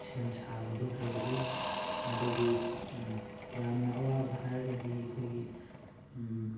ꯁꯦꯝ ꯁꯥꯕꯗꯨ ꯍꯩꯔꯛꯏ ꯃꯗꯨꯒꯤ ꯌꯥꯝꯅ ꯑꯋꯥꯕ ꯍꯥꯏꯔꯒꯗꯤ ꯑꯩꯈꯣꯏꯒꯤ